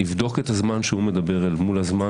שיבדוק את הזמן שהוא מדבר אל מול הזמן